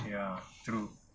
ya true